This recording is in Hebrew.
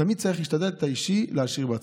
תמיד צריך להשתדל להשאיר את האישי בצד.